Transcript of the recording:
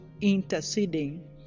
interceding